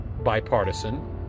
bipartisan